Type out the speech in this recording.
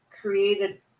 created